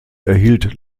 erhielt